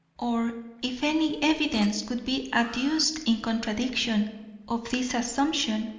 or if any evidence could be adduced in contradiction of this assumption,